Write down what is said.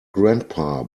grandpa